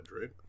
right